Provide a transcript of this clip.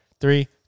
Three